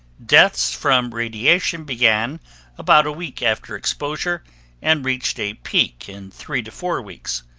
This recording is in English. deaths from radiation began about a week after exposure and reached a peak in three to four weeks.